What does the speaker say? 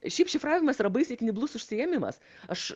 šiaip šifravimas yra baisiai kniblus užsiėmimas aš